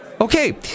Okay